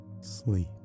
sleep